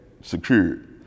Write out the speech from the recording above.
secured